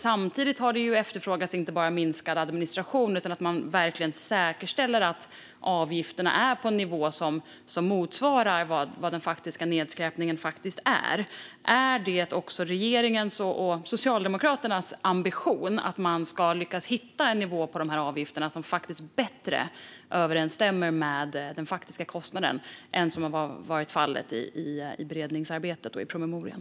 Samtidigt har inte bara minskad administration efterfrågats utan också att man säkerställer att avgifterna ligger på en nivå som motsvarar vad den faktiska nedskräpningen kostar. Är det regeringens och Socialdemokraternas ambition att man ska lyckas hitta en nivå på avgifterna som bättre överensstämmer med den faktiska kostnaden än vad som varit fallet i beredningsarbetet och i promemorian?